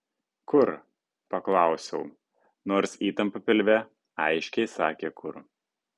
kur paklausiau nors įtampa pilve aiškiai sakė kur